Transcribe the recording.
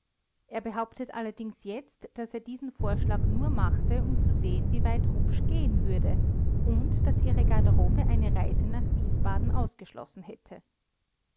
er behauptet allerdings jetzt daß er diesen vorschlag nur machte um zu sehen wieweit rupsch gehen würde und daß ihre garderobe eine reise nach wiesbaden ausgeschlossen hätte